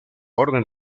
orden